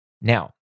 Now